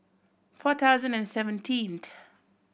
four thousand and seventeenth